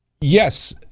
Yes